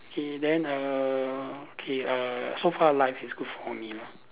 K then err okay uh so far life is good for me lah